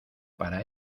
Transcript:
para